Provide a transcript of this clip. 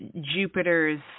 Jupiter's